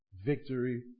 victory